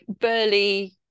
burly